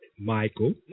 Michael